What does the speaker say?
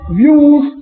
views